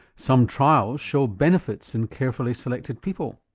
some trials show benefits in carefully selected people,